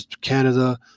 Canada